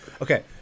Okay